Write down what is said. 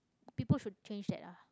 people should change that ah